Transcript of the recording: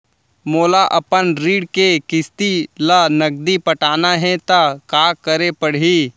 मोला अपन ऋण के किसती ला नगदी पटाना हे ता का करे पड़ही?